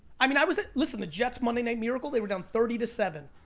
i mean, i was, listen, the jets' monday night miracle, they were down thirty to seven.